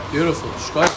Beautiful